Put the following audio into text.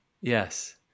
Yes